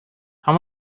how